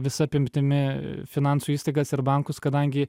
visa apimtimi finansų įstaigas ir bankus kadangi